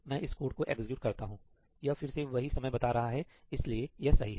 मैं इस कोड को एक्जिक्यूट करता हूं यह फिर से वही समय बता रहा है इसलिए यह सही है